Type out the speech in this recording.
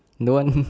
no one